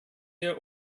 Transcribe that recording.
ihr